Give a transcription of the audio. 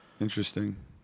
Interesting